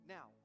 Now